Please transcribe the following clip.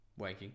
Wanking